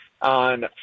on